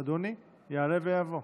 אדוני יעלה ויבוא.